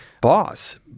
boss